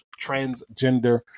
Transgender